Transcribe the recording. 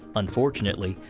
unfortunately,